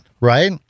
Right